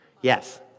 Yes